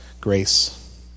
grace